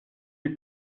you